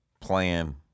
plan